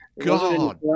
God